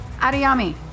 Adiyami